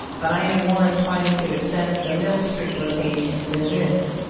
but i am more inclined to accept the milk street location than this.